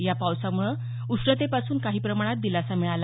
या पावसामुळे उष्णतेपासून काही प्रमाणात दिलासा मिळाला